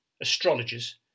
astrologers